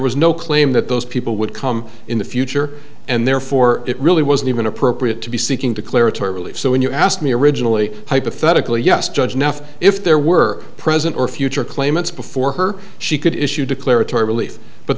was no claim that those people would come in the future and therefore it really wasn't even appropriate to be seeking declaratory relief so when you asked me originally hypothetically yes judge nuff if there were present or future claimants before her she could issue declaratory relief but